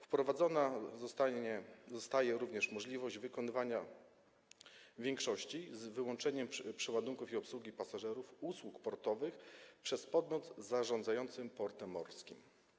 Wprowadzona zostaje również możliwość wykonywania większości, z wyłączeniem przeładunków i obsługi pasażerów, usług portowych przez podmiot zarządzający portem morskim.